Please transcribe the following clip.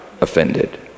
offended